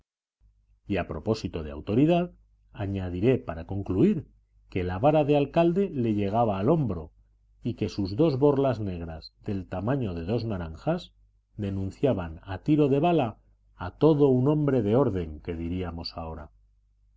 y a propósito de autoridad añadiré para concluir que la vara de alcalde le llegaba al hombro y que sus dos borlas negras del tamaño de dos naranjas denunciaban a tiro de bala a todo un hombre de orden que diríamos ahora